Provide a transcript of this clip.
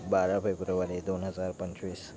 बारा फेब्रुवारी दोन हजार पंचवीस